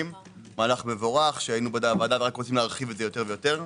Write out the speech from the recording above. - מהלך מבורך שהיינו רוצים להרחיב את זה יותר ויותר.